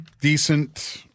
decent